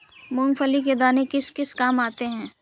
मूंगफली के दाने किस किस काम आते हैं?